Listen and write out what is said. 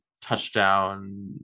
touchdown